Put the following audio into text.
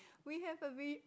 we have a vi~